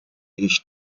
ich